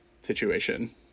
situation